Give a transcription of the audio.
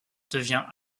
devient